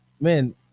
man